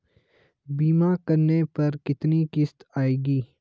बीमा करने पर कितनी किश्त आएगी?